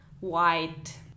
white